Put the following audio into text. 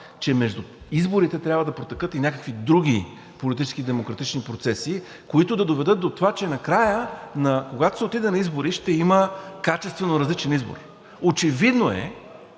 че между изборите трябва да протекат и някакви други политически и демократични процеси, които да доведат до това, че накрая, когато се отиде на избори, ще има качествено различен избор. Очевидно е,